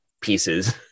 pieces